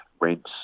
rents